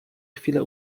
chwile